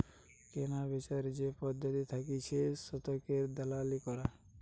কেনাবেচার যে পদ্ধতি থাকতিছে শতকের দালালি করা